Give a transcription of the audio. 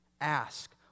Ask